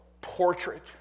portrait